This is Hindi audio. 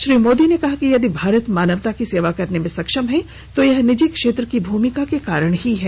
श्री मोदी ने कहा कि यदि भारत मानवता की सेवा करने में सक्षम है तो यह निजी क्षेत्र की भूमिका के कारण ही है